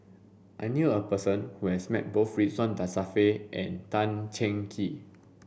I knew a person who has met both Ridzwan Dzafir and Tan Cheng Kee